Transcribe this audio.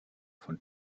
von